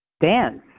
dance